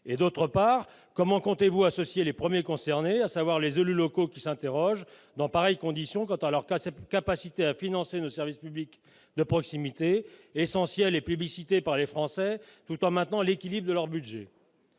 ? D'autre part, comment comptez-vous associer les premiers concernés, à savoir les élus locaux, qui s'interrogent, en pareilles conditions, quant à leur capacité à financer nos services publics de proximité, essentiels et plébiscités par les Français, tout en maintenant l'équilibre de leur budget ?